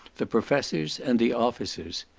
the professors, and the officers.